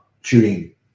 shooting